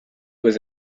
was